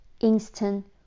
instant